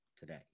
today